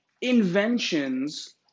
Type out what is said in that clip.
inventions